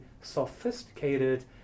sophisticated